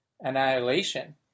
annihilation